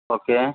okay